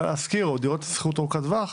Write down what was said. להשכיר" או דירות לשכירות ארוכת טווח.